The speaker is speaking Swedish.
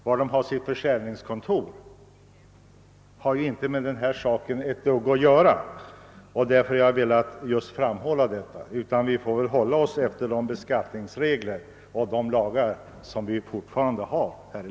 Var försäljningskontoret ligger har inte med saken att skaffa. Jag har velat göra dessa påpekanden. Vi får hålla oss till de beskattningsregler och de lagar som gäller.